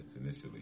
initially